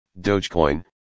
Dogecoin